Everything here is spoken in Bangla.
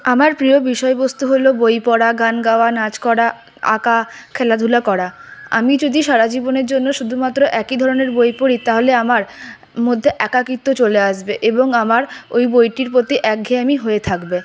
আমার প্রিয় বিষয়বস্তু হল বই পড়া গান গাওয়া নাচ করা আঁকা খেলাধুলা করা আমি যদি সারাজীবনের জন্য শুধুমাত্র একই ধরনের বই পড়ি তাহলে আমার মধ্যে একাকীত্ব চলে আসবে এবং আমার ওই বইটির প্রতি একঘেয়েমি হয়ে থাকবে